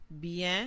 bien